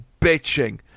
bitching